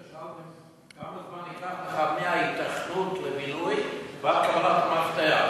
שאלתי: כמה זמן ייקח לך מהיתכנות הבינוי ועד קבלת מפתח?